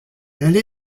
elle